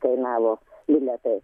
kainavo bilietai